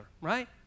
right